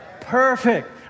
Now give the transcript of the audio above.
perfect